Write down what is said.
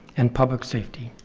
and public safety.